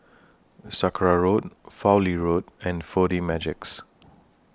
Sakra Road Fowlie Road and four D Magix